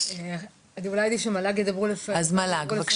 אני ראש